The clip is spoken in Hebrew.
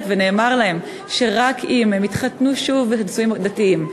ונאמר להם שרק אם הם יתחתנו שוב בנישואים דתיים,